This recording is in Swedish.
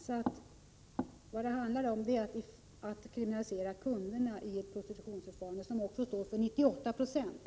Så vad det handlar om är att kriminalisera kunderna, som också utgör 98 96, i ett prostitutionsförfarande.